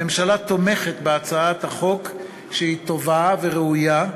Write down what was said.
הממשלה תומכת בהצעת החוק, שהיא טובה וראויה,